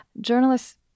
Journalists